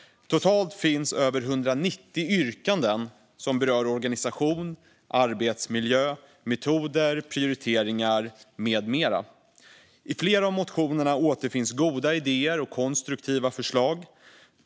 Det finns över 190 yrkanden som berör organisation, arbetsmiljö, metoder, prioriteringar med mera. I flera av motionerna återfinns goda idéer och konstruktiva förslag.